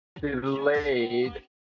delayed